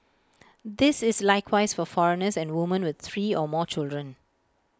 this is likewise for foreigners and woman with three or more children